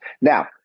Now